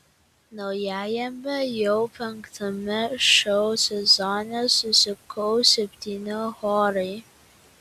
naujajame jau penktame šou sezone susikaus septyni chorai